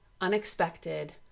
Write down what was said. unexpected